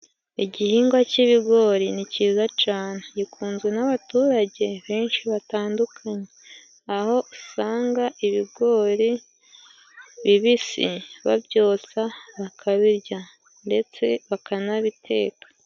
Igihingwa cy'ibigori ni cyiza cane gikunzwe n'abaturage, benshi batandukanye aho usanga ibigori bibisi, babyutsa bakabirya ndetse bakanabiteka.